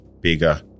bigger